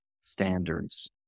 standards